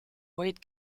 weight